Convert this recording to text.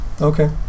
Okay